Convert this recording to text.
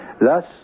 thus